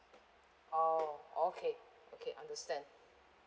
oh okay okay understand